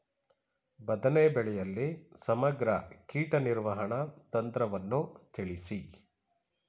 ಬದನೆ ಬೆಳೆಯಲ್ಲಿ ಸಮಗ್ರ ಕೀಟ ನಿರ್ವಹಣಾ ತಂತ್ರವನ್ನು ತಿಳಿಸಿ?